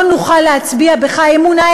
לא נוכל להצביע בך אמון.